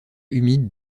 humide